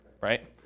right